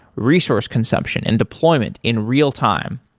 resource consumption and deployment in real time.